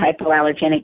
hypoallergenic